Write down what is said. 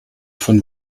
von